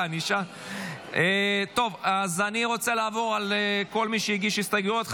אני רוצה לעבור על כל מי שהגיש הסתייגויות.